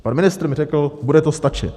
Pan ministr mi řekl: Bude to stačit.